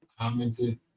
commented